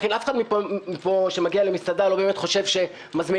אף אחד שמגיע למסעדה לא באמת חושב שמזמינים